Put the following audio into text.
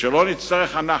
ושלא נצטרך אנחנו,